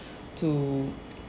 to